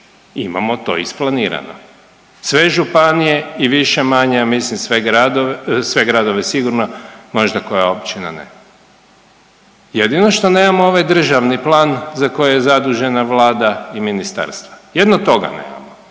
Imamo to isplanirano. Sve županije i više-manje ja mislim sve gradove, sve gradove sigurno možda koja općina nema. Jedino što nemamo ovaj državni plan za koji je zadužena Vlada i ministarstva. Jedino toga nemamo.